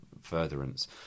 furtherance